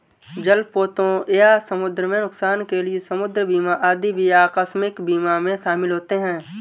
जलपोतों या समुद्र में नुकसान के लिए समुद्र बीमा आदि भी आकस्मिक बीमा में शामिल होते हैं